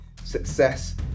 Success